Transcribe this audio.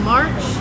March